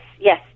yes